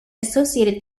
associated